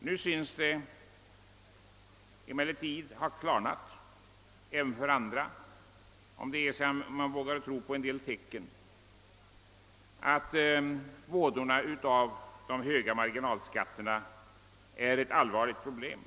Nu synes det emellertid stå klart även för andra — om man vågar tro på vissa tecken — att de höga marginalskatterna är ett allvarligt problem.